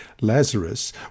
Lazarus